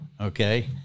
okay